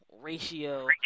ratio